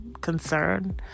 concern